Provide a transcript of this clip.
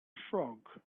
frog